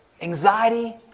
Anxiety